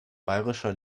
bayerischer